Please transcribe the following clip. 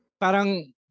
parang